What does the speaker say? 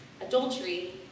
adultery